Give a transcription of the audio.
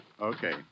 Okay